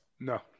No